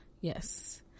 Yes